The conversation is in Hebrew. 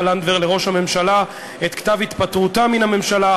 לנדבר לראש הממשלה את כתב התפטרותה מן הממשלה,